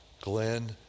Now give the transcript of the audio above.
Glenn